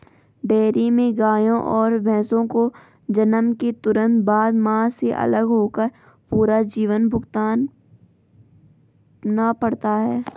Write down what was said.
dairy में गायों और भैंसों को जन्म के तुरंत बाद, मां से अलग होकर पूरा जीवन भुगतना पड़ता है